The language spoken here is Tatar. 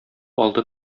алды